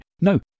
No